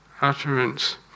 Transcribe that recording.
utterance